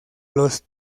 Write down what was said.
los